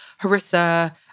harissa